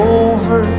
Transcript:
over